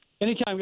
Anytime